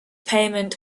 payment